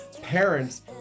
parents